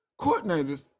coordinators